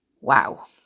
wow